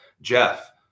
Jeff